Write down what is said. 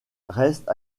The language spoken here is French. reste